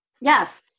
Yes